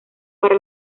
para